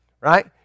right